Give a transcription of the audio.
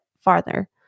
farther